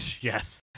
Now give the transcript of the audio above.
yes